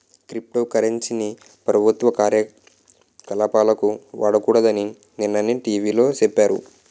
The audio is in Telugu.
క్రిప్టో కరెన్సీ ని ప్రభుత్వ కార్యకలాపాలకు వాడకూడదని నిన్ననే టీ.వి లో సెప్పారు